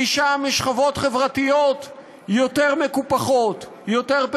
היא אישה משכבות חברתיות מקופחות יותר,